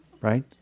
right